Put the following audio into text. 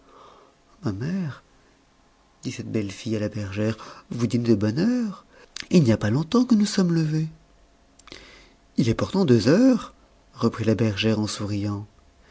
ma mère dit cette belle fille à la bergère vous dînez de bonne heure il n'y a pas longtemps que nous sommes levées il est pourtant deux heures reprit la bergère en souriant